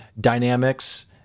dynamics